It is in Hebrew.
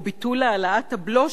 או ביטול העלאת הבלו,